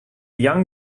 young